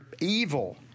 evil